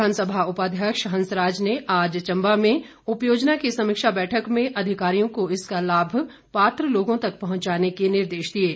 विधानसभा उपाध्यक्ष हंसराज ने आज चम्बा में उपयोजना की समीक्षा बैठक में अधिकारियों को इसका लाभ पात्र लोगों तक पहुंचाने के निर्देश दिए हैं